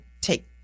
take